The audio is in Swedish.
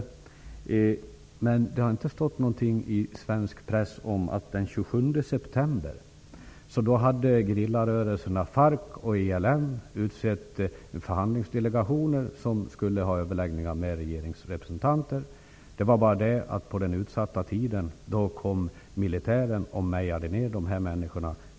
Däremot har det inte stått någonting i svensk press om att gerillarörelserna FARC och ELN den 27 september hade utsett förhandlingsdelegationer, som skulle överlägga med regeringsrepresentanter. Men dessa dök aldrig upp. På den utsatta mötestiden kom i stället militären och mejade ner dessa människor.